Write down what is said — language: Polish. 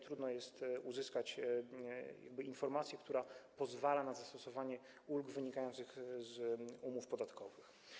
Trudno jest uzyskać informację, która pozwala na zastosowanie ulg wynikających z umów podatkowych.